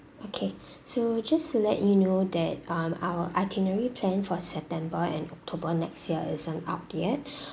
okay so just to let you know that um our itinerary plan for september and october next year isn't out yet